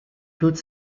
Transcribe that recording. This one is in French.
toutes